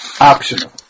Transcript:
optional